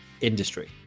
industry